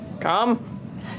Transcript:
come